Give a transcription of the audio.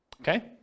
Okay